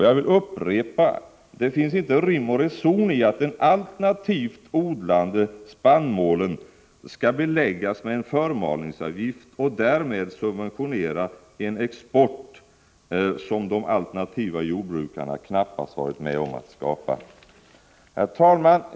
Jag vill upprepa, att det inte finns rim och reson i att den alternativt odlade spannmålen skall beläggas med en förmalningsavgift och därmed subventionera export av ett överskott som alternativjordbrukarna inte varit med om att skapa. Herr talman!